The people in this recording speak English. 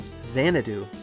Xanadu